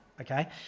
okay